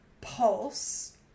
pulse